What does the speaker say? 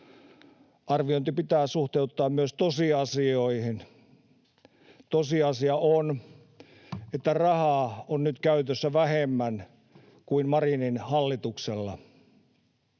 Arviointi pitää suhteuttaa myös tosiasioihin. Tosiasia on, että rahaa on nyt käytössä vähemmän kuin Marinin hallituksella.